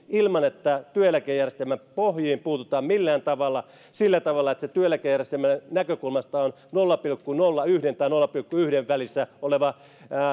ilman että työeläkejärjestelmän pohjiin puututaan millään tavalla sillä tavalla että työeläkejärjestelmän näkökulmasta se on nolla pilkku nolla yksi ja nolla pilkku yhden välissä oleva